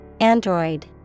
Android